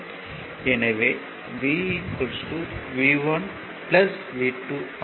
எனவே V V1 V2 ஆகும்